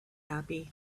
happy